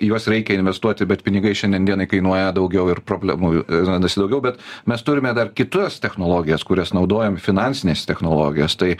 į juos reikia investuoti bet pinigai šiandien dienai kainuoja daugiau ir problemų randasi daugiau bet mes turime dar kitas technologijas kurias naudojam finansinės technologijos tai